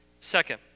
Second